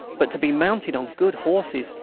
but to be mounted on good horses,